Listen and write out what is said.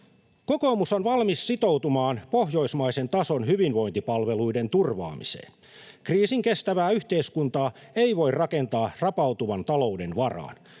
Kokoomus on valmis sitoutumaan pohjoismaisen tason hyvinvointipalveluiden turvaamiseen. Kriisinkestävää yhteiskuntaa ei voi rakentaa rapautuvan talouden varaan.